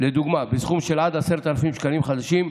של עד 10,000 שקלים חדשים,